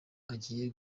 agiye